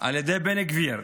על ידי בן גביר,